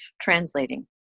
translating